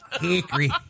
Hickory